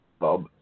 Bob